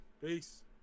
Peace